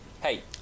Hey